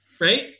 right